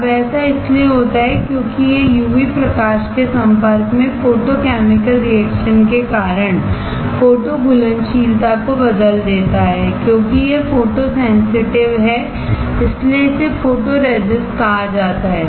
अबऐसा इसलिए होता है क्योंकि यह यूवी प्रकाश के संपर्क में फोटोकैमिकल रिएक्शन के कारण फोटो घुलनशीलता को बदल देता है क्योंकि यह फोटोसेंसिटिव है इसलिए इसे फोटोरेसिस्ट कहा जाता है